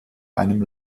einem